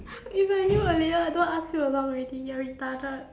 if I knew earlier I don't want ask you along already you're retarded